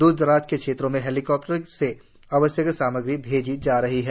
दूर दराज के क्षेत्रों में हैलीकॉप्टर से आवश्यक सामग्री भेजी जा रही है